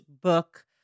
book